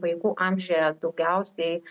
vaikų amžiuje daugiausiai